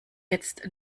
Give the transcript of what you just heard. jetzt